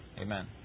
Amen